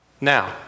Now